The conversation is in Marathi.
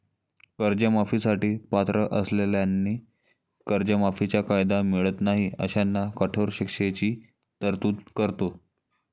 कर्जमाफी साठी पात्र असलेल्यांनाही कर्जमाफीचा कायदा मिळत नाही अशांना कठोर शिक्षेची तरतूद करतो